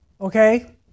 Okay